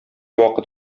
вакыт